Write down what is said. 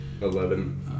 Eleven